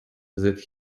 that